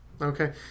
Okay